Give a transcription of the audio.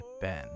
Ben